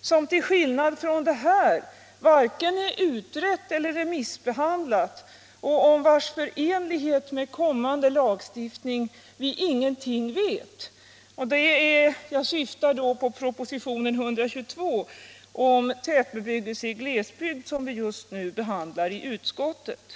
som till skillnad från det här varken är utrett eller remissbehandlat och om vars förenlighet med kommande lagstiftning vi ingenting vet. Jag syftar då på propositionen 122 om tätbebyggelse i glesbygd som vi just nu behandlar i utskottet.